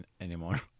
anymore